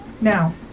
Now